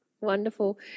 Wonderful